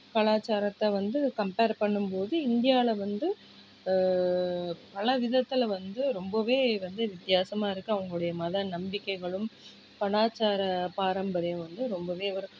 கலாச்சாரத்தை வந்து கம்பேர் பண்ணும்போது இந்தியாவில் வந்து பலவிதத்தில் வந்து ரொம்பவே வந்து வித்தியாசமாக இருக்குது அவங்களுடைய மத நம்பிக்கைகளும் கலாச்சார பாரம்பரியமும் வந்து ரொம்பவே